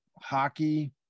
hockey